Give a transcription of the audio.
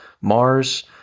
Mars